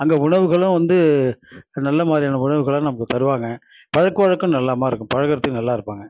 அங்கே உணவுகளும் வந்து நல்லமாதிரியான உணவுகளை நமக்குத் தருவாங்க பழக்க வழக்கம் நல்லமா இருக்கும் பழகறதுக்கு நல்லா இருப்பாங்க